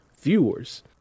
viewers